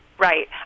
Right